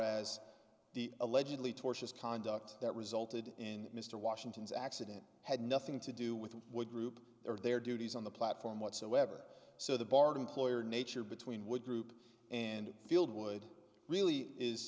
the allegedly tortious conduct that resulted in mr washington's accident had nothing to do with what group or their duties on the platform whatsoever so the bard employer nature between would group and field would really is